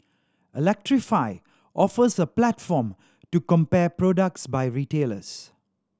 electrify offers a platform to compare products by retailers